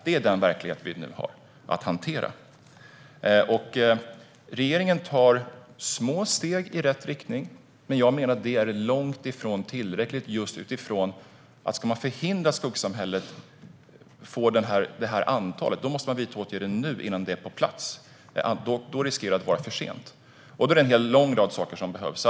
Det är den verklighet vi nu har att hantera. Regeringen tar små steg i rätt riktning, men jag menar att det är långt ifrån tillräckligt. Ska man förhindra att skuggsamhället uppgår till det antal personer jag nämnde måste man vidta åtgärder nu, innan det är på plats. När skuggsamhället är på plats är risken att det är för sent. Det är en lång rad saker som behövs.